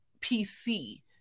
PC